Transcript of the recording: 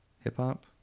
hip-hop